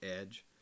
Edge